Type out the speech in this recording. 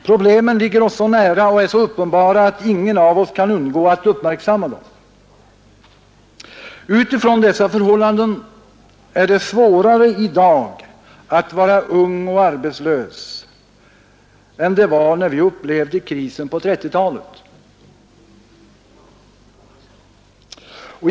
Problemen ligger oss nära och är så uppenbara att ingen av oss kan undgå att uppmärksamma dem. Utifrån dessa förhållanden är det svårare i dag att vara ung och arbetslös än det var när vi upplevde krisen på 1930-talet.